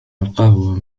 القهوة